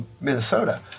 Minnesota